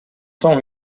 соң